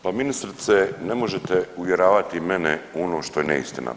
Pa ministrice ne možete uvjeravati mene u ono što je neistina.